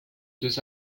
deux